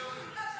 תוציא אותי.